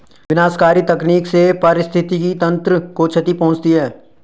विनाशकारी तकनीक से पारिस्थितिकी तंत्र को क्षति पहुँचती है